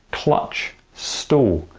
clutch, stall,